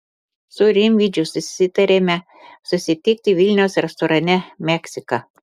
su rimydžiu susitariame susitikti vilniaus restorane meksika